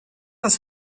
das